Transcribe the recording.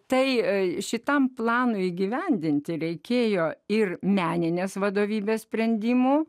tai šitam planui įgyvendinti reikėjo ir meninės vadovybės sprendimo